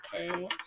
okay